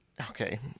okay